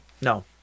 no